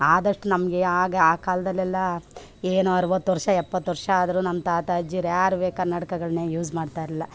ಆದಷ್ಟು ನಮಗೆ ಆಗ ಆ ಕಾಲ್ದಲ್ಲಿ ಎಲ್ಲ ಏನು ಅರವತ್ತು ವರ್ಷ ಎಪ್ಪತ್ತು ವರ್ಷ ಆದ್ರೂ ನಮ್ಮ ತಾತ ಅಜ್ಜೀರು ಯಾರೂ ಕನ್ನಡಕಗಳನ್ನ ಯೂಸ್ ಮಾಡ್ತಾಯಿರ್ಲಿಲ್ಲ